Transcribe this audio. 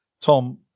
Tom